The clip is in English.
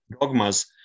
dogmas